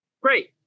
great